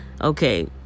okay